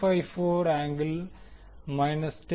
454 angle minus 10